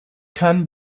kann